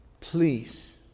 please